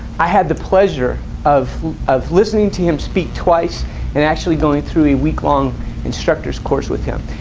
i had the pleasure of of listening to him speak twice and actually going through a week-long instructors course with him,